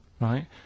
Right